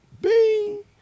Bing